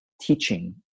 teaching